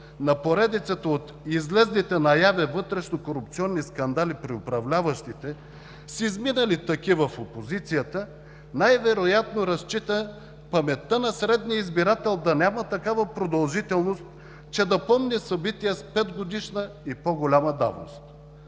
на поредицата от излезлите наяве вътрешнокорупционни скандали при управляващите, с изминали такива в опозицията, най-вероятно разчита паметта на средния избирател да няма такава продължителност, че да помни събития с петгодишна и по-голяма давност.